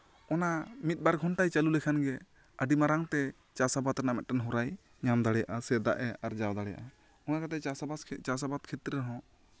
ᱚᱱᱟ ᱢᱤᱫ ᱵᱟᱨ ᱜᱷᱚᱱᱴᱟᱭ ᱪᱟᱹᱞᱩ ᱞᱮᱠᱷᱟᱱᱜᱮ ᱟᱹᱰᱤ ᱢᱟᱨᱟᱝᱛᱮ ᱪᱟᱥ ᱟᱵᱟᱫ ᱨᱮᱱᱟᱜ ᱢᱤᱫᱴᱟᱝ ᱦᱚᱨᱟᱭ ᱧᱟᱢ ᱫᱟᱲᱮᱭᱟᱜ ᱥᱮ ᱫᱟᱜ ᱮ ᱟᱨᱡᱟᱣ ᱫᱟᱲᱮᱭᱟᱜᱼᱟ ᱚᱱᱟ ᱠᱟᱛᱮᱜ ᱪᱟᱥ ᱟᱵᱟᱫ ᱪᱟᱥ ᱟᱵᱟᱫ ᱠᱷᱮᱛᱨᱮ ᱨᱮᱦᱚᱸ